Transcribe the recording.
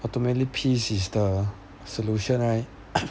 ultimately peace is the solution right